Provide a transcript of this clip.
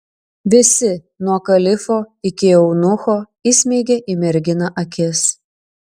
visi nuo kalifo iki eunucho įsmeigė į merginą akis